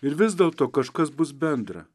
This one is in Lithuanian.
ir vis dėlto kažkas bus bendra